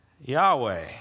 Yahweh